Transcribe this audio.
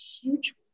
huge